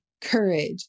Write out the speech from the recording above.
courage